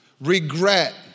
Regret